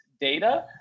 data